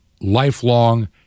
lifelong